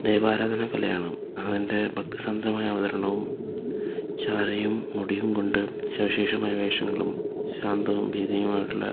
ദേവാരാധന കലയാണ് അതിൻ്റെ ഭക്തി സാന്ദ്രമായ അവതരണവും ചായവും മുടിയും കൊണ്ട് സവിശേഷമായ വേഷങ്ങളും ശാന്തവും ഭീതിയുമായിട്ടുള്ള